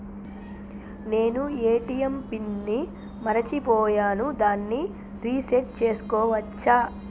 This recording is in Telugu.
నేను ఏ.టి.ఎం పిన్ ని మరచిపోయాను దాన్ని రీ సెట్ చేసుకోవచ్చా?